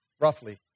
roughly